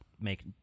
make